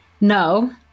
No